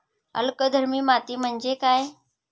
अल्कधर्मी माती म्हणजे काय?